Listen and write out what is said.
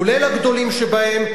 כולל הגדולים שבהם,